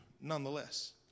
nonetheless